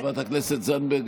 חברת הכנסת זנדברג,